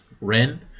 Ren